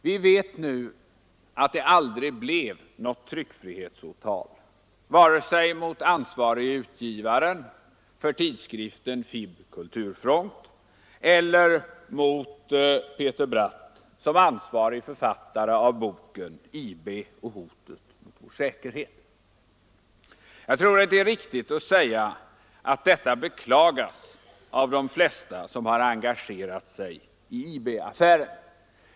Vi vet nu att det aldrig blev något tryckfrihetsåtal vare sig mot ansvarige utgivaren för tidskriften FiB/Kulturfront eller mot Peter Bratt såsom ansvarig författare av boken ”IB och hotet mot vår säkerhet”, Det är riktigt att påstå att detta beklagas av de flesta som engagerade sig i IB-affären.